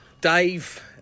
Dave